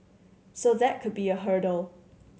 so that could be a hurdle